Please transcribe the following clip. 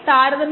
D2